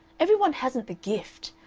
every one hasn't the gift.